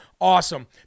Awesome